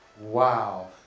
Wow